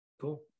Cool